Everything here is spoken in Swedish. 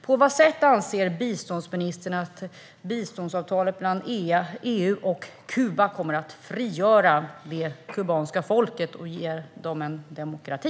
På vilket sätt anser biståndsministern att biståndsavtalet mellan EU och Kuba kommer att frigöra det kubanska folket och ge dem demokrati?